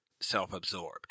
self-absorbed